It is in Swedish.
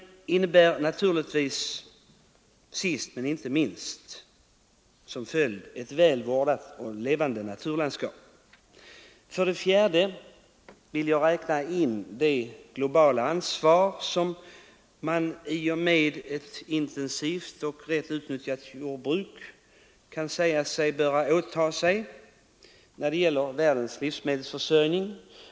En annan miljöeffekt är, sist men inte minst, ett väl vårdat och levande kulturlandskap. För det fjärde vill jag räkna in det globala ansvar som man i och med ett positivt och rätt utnyttjat jordbruk kan sägas åta sig när det gäller världens livsmedelsförsörjning.